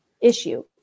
issue